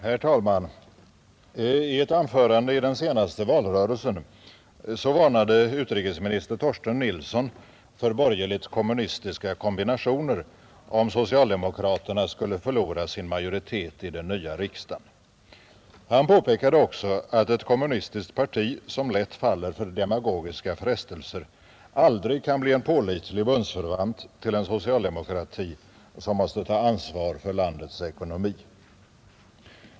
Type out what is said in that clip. Herr talman! I ett anförande i den senaste valrörelsen varnade utrikesminister Torsten Nilsson för borgerligt-kommunistiska kombinationer, om socialdemokraterna skulle förlora sin majoritet i den nya riksdagen. Han påpekade också att ett kommunistiskt parti som lätt faller för demagogiska frestelser aldrig kan bli en pålitlig bundsförvant till en socialdemokrati som måste ta ansvar för landets ekonomi.